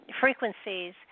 frequencies